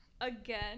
again